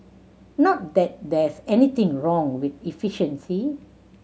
not that there's anything wrong with efficiency